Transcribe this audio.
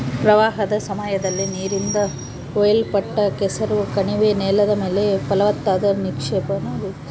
ಪ್ರವಾಹದ ಸಮಯದಲ್ಲಿ ನೀರಿನಿಂದ ಒಯ್ಯಲ್ಪಟ್ಟ ಕೆಸರು ಕಣಿವೆ ನೆಲದ ಮೇಲೆ ಫಲವತ್ತಾದ ನಿಕ್ಷೇಪಾನ ರೂಪಿಸ್ತವ